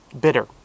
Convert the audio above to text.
bitter